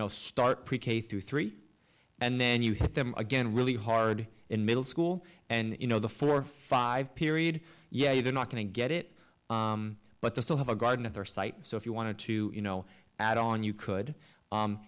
know start pre k through three and then you hit them again really hard in middle school and you know the four five period yeah you're not going to get it but they still have a garden at their site so if you want to you know i don't you could